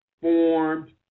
formed